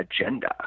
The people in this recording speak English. agenda